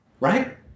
right